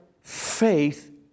faith